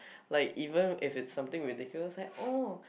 like even if it's something ridiculous like oh